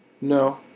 No